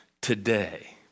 today